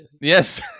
Yes